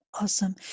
Awesome